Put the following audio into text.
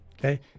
Okay